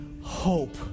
hope